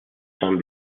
son